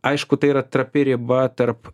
aišku tai yra trapi riba tarp